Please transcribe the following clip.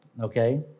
okay